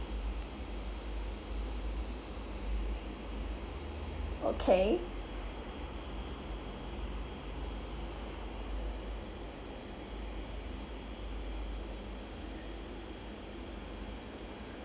okay